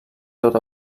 tot